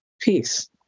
Peace